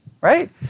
Right